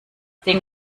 ding